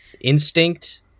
instinct